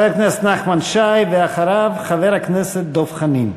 חבר הכנסת נחמן שי, ואחריו, חבר הכנסת דב חנין.